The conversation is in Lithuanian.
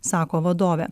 sako vadovė